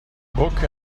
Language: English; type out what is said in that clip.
book